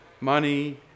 money